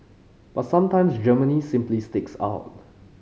but sometimes Germany simply sticks out